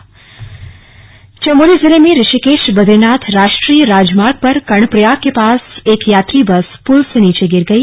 दुर्घटना चमोली चमोली जिले में ऋषिकेश बद्रीनाथ राष्ट्रीय राजमार्ग पर कर्णप्रयाग के पास एक यात्री बस पुल से नीचे गिर गई